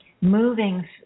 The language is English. moving